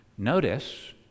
Notice